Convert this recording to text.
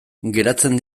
geratzen